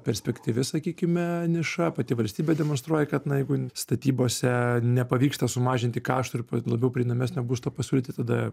perspektyvi sakykime niša pati valstybė demonstruoja kad na jeigu statybose nepavyksta sumažinti kaštų ir labiau prieinamesnio būsto pasiūlyti tada